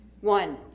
One